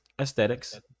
aesthetics